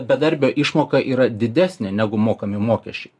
bedarbio išmoka yra didesnė negu mokami mokesčiai